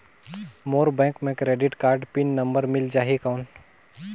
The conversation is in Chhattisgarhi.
मोर बैंक मे क्रेडिट कारड पिन नंबर मिल जाहि कौन?